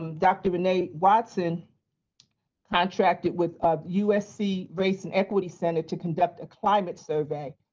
um dr. renee' watson contracted with ah usc race and equity center to conduct a climate survey.